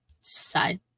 side